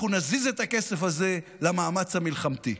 אנחנו נזיז את הכסף הזה למאמץ המלחמתי.